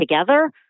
together